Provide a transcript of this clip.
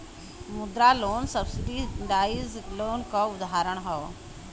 मुद्रा loan subsidise loan क उदाहरण हौ